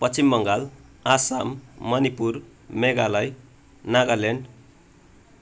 Paschim Bengal Assam Manipur Meghalaya Nagaland